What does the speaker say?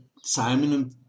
Simon